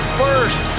first